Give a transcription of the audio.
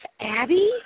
Abby